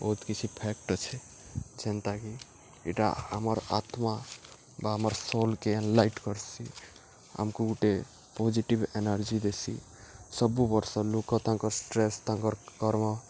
ବହୁତ୍ କିଛି ଫ୍ୟାକ୍ଟ୍ ଅଛେ ଯେନ୍ତାକି ଇଟା ଆମର୍ ଆତ୍ମା ବା ଆମର୍ ସୋଲ୍କେ ଏନ୍ଲାଇଟ୍ କର୍ସି ଆମ୍କୁ ଗୁଟେ ପଜିଟିଭ୍ ଏନାର୍ଜି ଦେସି ସବୁ ବର୍ଷ ଲୋକ ତାଙ୍କର୍ ଷ୍ଟ୍ରେସ୍ ତାଙ୍କର୍ କର୍ମ